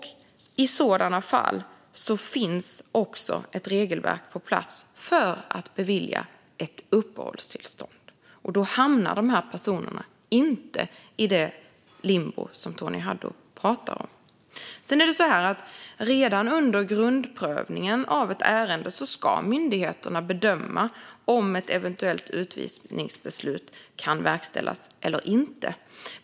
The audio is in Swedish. I sådana fall finns ett regelverk på plats för att bevilja uppehållstillstånd, och då hamnar dessa personer inte i det limbo som Tony Haddou pratar om. Redan under grundprövningen av ett ärende ska myndigheterna bedöma om ett eventuellt utvisningsbeslut kan verkställas eller inte.